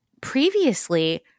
previously